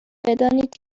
بدانید